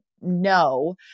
No